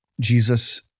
Jesus